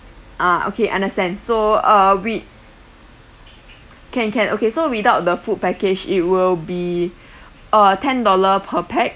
ah okay understand so uh we can can okay so without the food package it will be uh ten dollar per pax